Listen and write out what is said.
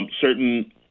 certain